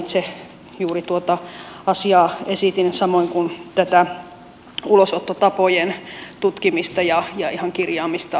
itse juuri tuota asiaa esitin samoin kuin tätä ulosottotapojen tutkimista ja ihan kirjaamista lainsäädäntöön